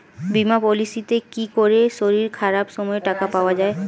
বীমা পলিসিতে কি করে শরীর খারাপ সময় টাকা পাওয়া যায়?